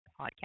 podcast